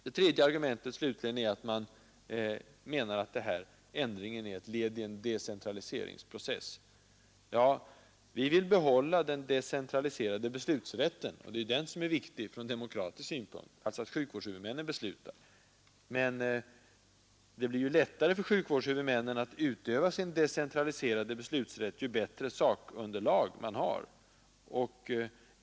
Det tredje argumentet slutligen är att ändringen är ett led i en decentraliseringsprocess. Vi vill behålla den decentraliserade beslutsrätten, som är viktig ur demokratisk synpunkt, alltså att sjukvårdshuvudmännen beslutar. Men det blir lättare för sjukvårdshuvudmännen att utöva sin decentraliserade beslutsrätt ju bättre sakunderlag de har.